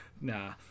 nah